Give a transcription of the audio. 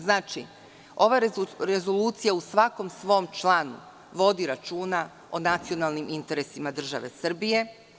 Znači, ova rezolucija u svakom svom članu vodi računa o nacionalnim interesima države Srbije.